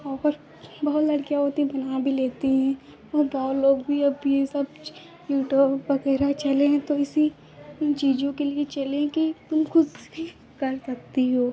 और बहुत लड़कियाँ होती हैं बना भी लेती हैं और बहुत लोग भी अब यह सब यूटूब वगैरह चले हैं तो इसी इन चीज़ों के लिए चले हैं कि तुम खुद से भी कर सकती हो